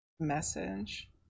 message